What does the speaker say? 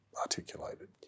articulated